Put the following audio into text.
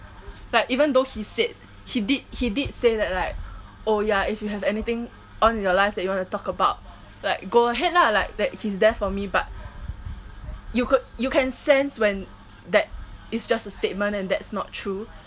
like even though he said he did he did say that like oh ya if you have anything on in your life that you want to talk about like go ahead lah like that he is there for me but you could you can sense when that is just a statement and that's not true